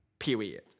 Period